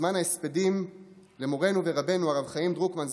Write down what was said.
בזמן ההספדים למורנו ורבנו הרב חיים דרוקמן,